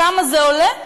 כמה זה עולה?